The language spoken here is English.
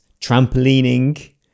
Trampolining